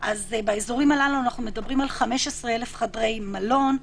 באזורים הללו אנחנו מדברים על 15,000 חדרי מלון,